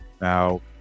Now